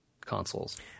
consoles